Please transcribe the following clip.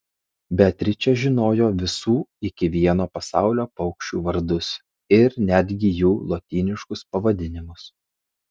beatričė žinojo visų iki vieno pasaulio paukščių vardus ir netgi jų lotyniškus pavadinimus